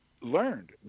learned